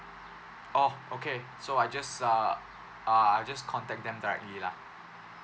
oh okay so I just uh uh I just contact them directly lah